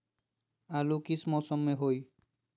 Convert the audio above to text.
आलू किस मौसम में होई?